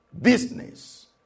business